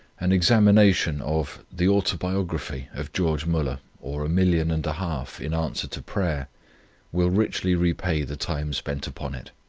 an examination of the autobiography of george muller, or, a million and a half in answer to prayer will richly repay the time spent upon it.